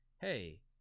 hey